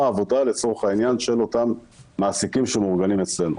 העבודה של אותם מעסיקים שמאורגנים אצלנו.